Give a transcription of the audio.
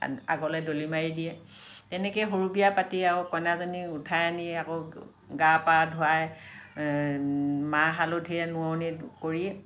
আগলৈ দলি মাৰি দিয়ে তেনেকৈ সৰু বিয়া পাতি আৰু কইনাজনীক উঠাই আনি আকৌ গা পা ধুৱাই মাহ হালধীৰে নোৱনি কৰি